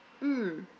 mm